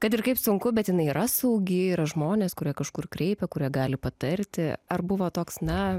kad ir kaip sunku bet jinai yra saugi yra žmonės kurie kažkur kreipia kuria gali patarti ar buvo toks na